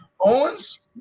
Owens